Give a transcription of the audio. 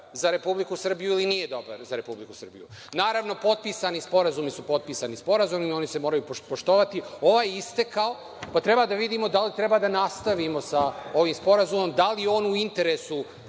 za Republiku Srbiju ili nije dobar za Republiku Srbiju. Naravno, potpisani sporazumi su potpisani sporazumi, oni se moraju poštovati, ovaj je istekao pa treba da vidimo da li treba da nastavimo sa ovim sporazumom, da li je on u interesu